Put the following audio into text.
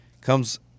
comes